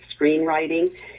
screenwriting